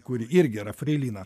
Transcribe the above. kuri irgi yra freilina